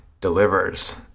delivers